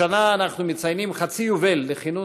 השנה אנחנו מציינים חצי יובל לכינון